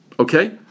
Okay